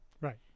Right